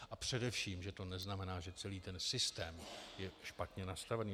A především to neznamená, že celý ten systém je špatně nastavený.